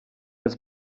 his